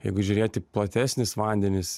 jeigu žiūrėt į platesnis vandenis